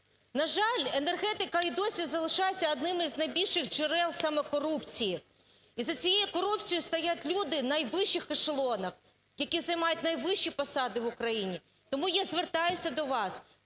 На жаль, енергетика і досі залишається одним із найбільших джерел саме корупції. І за цією корупцією стоять люди в найвищих ешелонах, які займають найвищі посади в Україні. Тому я звертаюся до вас: